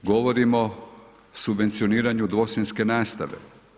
Govorimo o subvencioniranju dvosmjenske nastave.